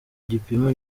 gipima